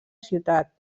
ciutat